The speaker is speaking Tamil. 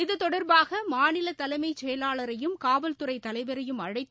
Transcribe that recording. இது தொடர்பாக மாநில தலைமைச் செயலாளரையும் காவல்துறை தலைவரையும் அழைத்து